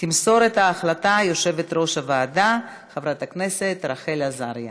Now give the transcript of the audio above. עברה בקריאה ראשונה